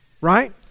right